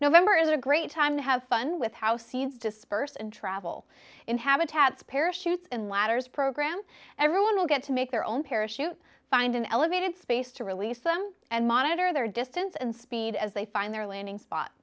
november is a great time to have fun with how seeds disperse and travel in habitats parachutes and ladders program everyone will get to make their own parachute find an elevated space to release them and monitor their distance and speed as they find their landing spot